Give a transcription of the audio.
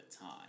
time